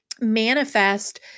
manifest